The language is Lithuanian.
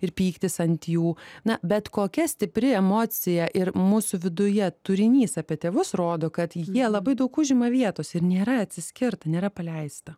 ir pyktis ant jų na bet kokia stipri emocija ir mūsų viduje turinys apie tėvus rodo kad jie labai daug užima vietos ir nėra atsiskirta nėra paleista